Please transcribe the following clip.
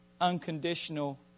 unconditional